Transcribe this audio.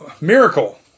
Miracle